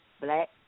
black